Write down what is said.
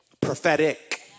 prophetic